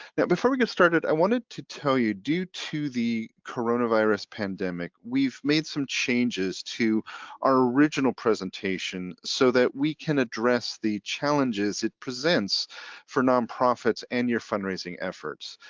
before we get started, i wanted to tell you due to the coronavirus pandemic, we've made some changes to our original presentation so that we can address the challenges it presents for nonprofits and your fundraising efforts.